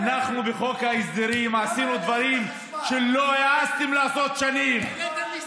בחוק ההסדרים עשינו דברים שלא העזתם לעשות שנים.